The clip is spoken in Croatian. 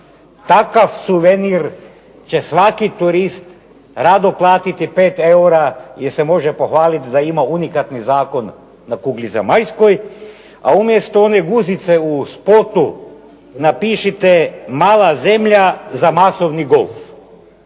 Takav suvenir će svaki turist rado platiti 5 eura jer se može pohvalit da ima unikatni zakon na kugli zemaljskoj, a umjesto one guzice u spotu napišite mala zemlja za masovni golf.